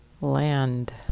land